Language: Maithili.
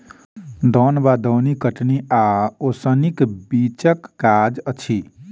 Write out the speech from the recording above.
दौन वा दौनी कटनी आ ओसौनीक बीचक काज अछि